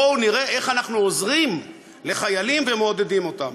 בואו נראה איך אנחנו עוזרים לחיילים ומעודדים אותם.